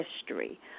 history